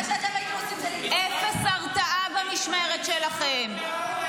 מה שאתם, אפס הרתעה במשמרת שלכם.